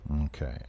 Okay